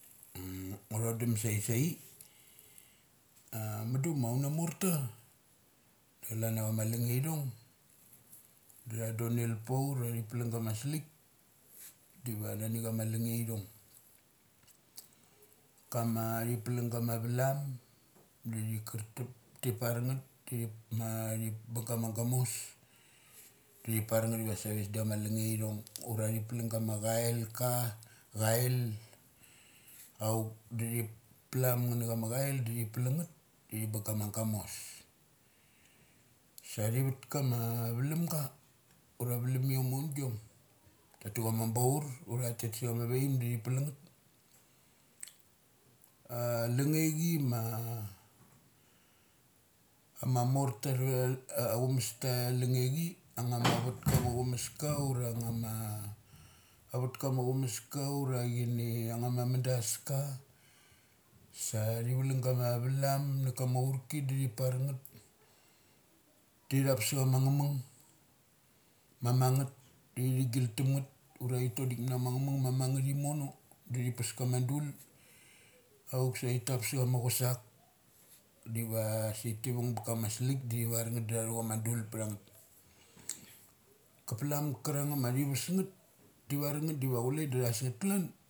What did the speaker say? ngu thodum saisai, a mudu ma una morta da calania chama lunge ithong da tha donel pa ur dathi palung kama salik. Diva nani chama lunge ithong. Kama thi palung gama valum da thi kartup ti par ngeth ma thi bung gama gamos, diva thi parngeth iva save sola chama lunge ithong ura thi plung gama chail ka ail. Auk da thi plum nga na chama chail da thi plung ngeth da thi bung gama gamas. Sa thi vat kama valumga ura valumiom ma aungiom tatu chama baur ura tha tet sa chama paim da thi plung ngeth. A lange chi ma ama morta athava ma aumasta lunge chi ama vat kama chu ma ka ura nga ma avat ka ma chumaska ura ini ang nga ma madaska. Sa thi valung gama valum na kama aurik da thi pa ngeth. Ti thap sa chama nga mung ma mung ngeth di thigil tumngeth. Ura thi tigil ta chama nga mung ma mang ngethim mo da thi pes kama dul. Auk sa thi tap sa chama chusak diva sik thi vung bakama slik da thi varngeth da thathu kama dul ptha ngeth. Ka plum ga kamung a ma thi vasngeth, tivar ngeth diva chule da thas ngeth kalan.